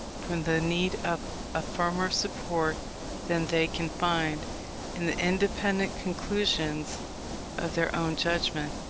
from the need of a firmer support than they can find in the independent conclusions of their own judgment.